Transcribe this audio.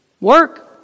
Work